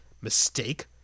mistake